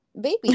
baby